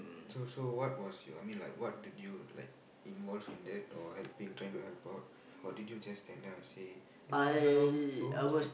so so what was your I mean like what did you like involve in that or helping trying to help out or did you just stand there and say don't jump don't jump